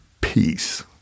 Peace